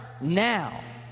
now